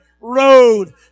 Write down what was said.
road